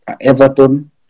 Everton